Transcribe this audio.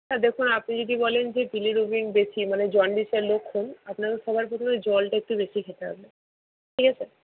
হ্যাঁ দেখুন আপনি যদি বলেন যে বিলিরুবিন বেশি মানে জন্ডিসের লক্ষণ আপনাকে সবার প্রথমে জলটা একটু বেশি খেতে হবে ঠিক আছে